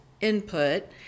input